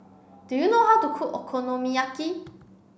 do you know how to cook Okonomiyaki